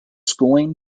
schooling